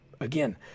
Again